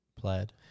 Plaid